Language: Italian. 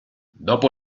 dopo